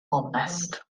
onest